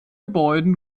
gebäuden